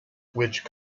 which